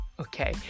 okay